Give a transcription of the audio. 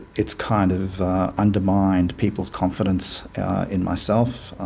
it's kind of undermined people's confidence in myself,